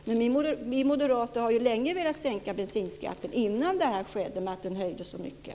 Men vi moderater har ju länge velat sänka bensinskatten, också innan den höjdes så mycket.